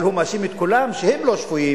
אבל הוא מאשים את כולם שהם לא שפויים,